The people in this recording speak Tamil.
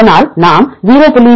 அதனால்நாம் 0